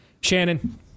Shannon